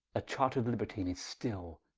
a charter'd libertine, is still,